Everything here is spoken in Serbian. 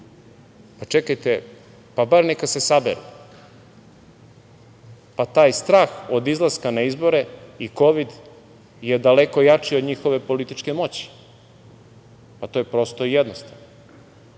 pa čekajte, bar neka se saberu, pa taj strah od izlaska na izbore i kovid je daleko jači od njihove političke moći. Pa, to je prosto i jednostavno.